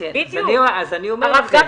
הרב גפני,